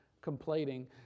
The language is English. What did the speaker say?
complaining